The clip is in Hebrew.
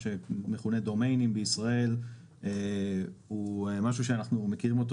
מה שמכונה דומיינים בישראל הוא משהו שאנחנו מכירים אותו